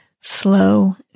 Slow